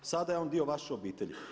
Sada je on dio vaše obitelji.